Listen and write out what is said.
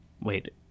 wait